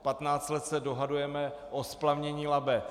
Patnáct let se dohadujeme o splavnění Labe.